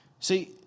See